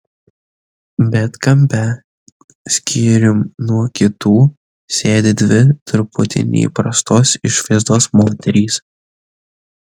bet kampe skyrium nuo kitų sėdi dvi truputį neįprastos išvaizdos moterys